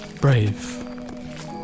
brave